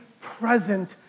present